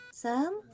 Sam